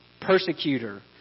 persecutor